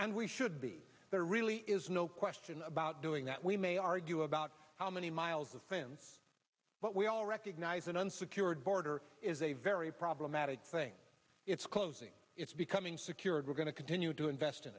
and we should be there really is no question about doing that we may argue about how many miles of fence but we all recognize an unsecured border is a very problematic thing it's closing it's becoming secure and we're going to continue to invest in